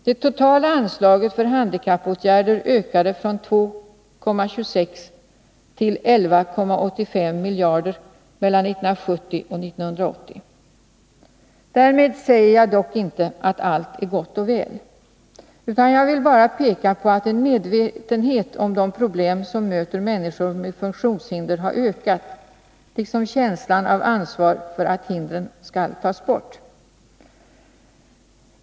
Det totala anslaget för handikappåtgärder ökade från 2,26 miljarder till 11,85 miljarder mellan 1970 och 1980. Därmed säger jag dock inte att allt är gott och väl, utan jag vill bara peka på att medvetenheten om de problem som möter människor med funktionshinder har ökat liksom känslan av ansvar för att de hindren skall tas bort.